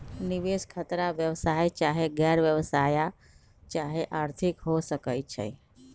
निवेश खतरा व्यवसाय चाहे गैर व्यवसाया चाहे आर्थिक हो सकइ छइ